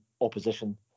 opposition